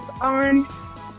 on